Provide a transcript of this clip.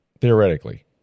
Theoretically